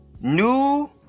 New